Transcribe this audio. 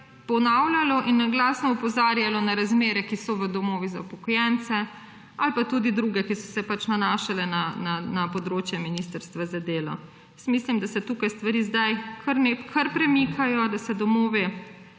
ponavljal in glasno opozarjal na razmere, ki so v domovih za upokojence ali pa tudi drugje, ki so se nanašale na področje ministrstva za delo. Jaz mislim, da se tukaj stvari zdaj kar premikajo, da se domovi